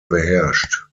beherrscht